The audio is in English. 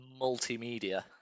Multimedia